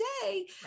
today